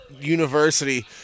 University